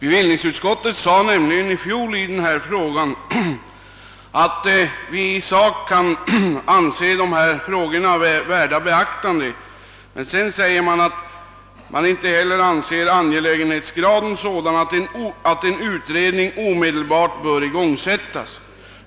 Bevillningsutskottet sade nämligen i fjol i denna fråga: »Även om de i motionerna framförda synpunkterna i och för sig kan anses värda beaktande, är frågan inte av sådan angelägenhetsgrad att en utredning omedelbart bör igångsättas.